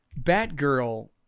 Batgirl